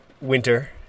winter